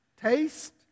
taste